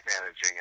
managing